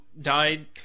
died